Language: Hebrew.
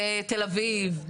בתל אביב,